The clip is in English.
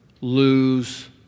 lose